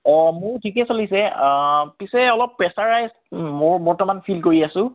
অঁ মোৰ ঠিকেই চলিছে পিছে অলপ প্ৰেচাৰাইজ মোৰ বৰ্তমান ফিল কৰি আছোঁ